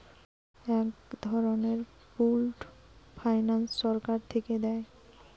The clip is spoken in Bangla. এক ধরনের পুল্ড ফাইন্যান্স সরকার থিকে দেয়